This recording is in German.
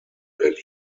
berlin